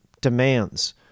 demands